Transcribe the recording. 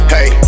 Hey